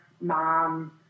mom